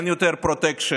אין יותר פרוטקשן,